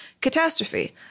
catastrophe